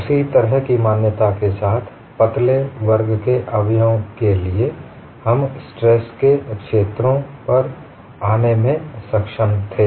उस तरह की मान्यता के साथ पतले वर्ग के अवयवों लिए हम स्ट्रेस के क्षेत्रों पर आने में सक्षम थे